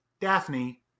Daphne